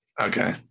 Okay